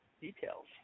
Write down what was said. details